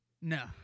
No